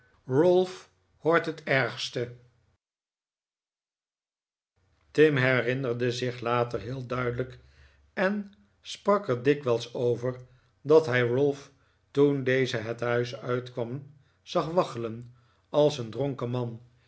zeggeji in het rijtuig tim herinnerde zich later heel duidelijk en sprak er dikwijls over dat hij ralph toen deze het huis uitkwam zag waggelen als een dronken man